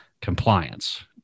compliance